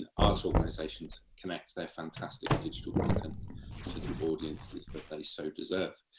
and arts organisations connect their fantastic digital content to the audiences that they so deserve.